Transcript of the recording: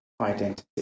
identity